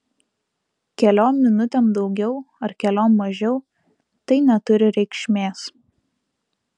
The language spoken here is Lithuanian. keliom minutėm daugiau ar keliom mažiau tai neturi reikšmės